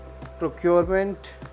procurement